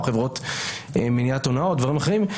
או חברות למניעת הונאות ודברים אחרים,